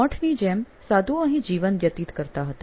મઠની જેમ સાધુઓ અહીં જીવન વ્યતીત કરતા હતા